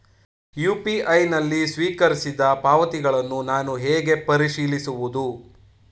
UPI ನಲ್ಲಿ ಸ್ವೀಕರಿಸಿದ ಪಾವತಿಗಳನ್ನು ನಾನು ಹೇಗೆ ಪರಿಶೀಲಿಸುವುದು?